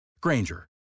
Granger